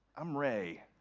i'm ray.